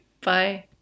bye